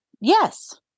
Yes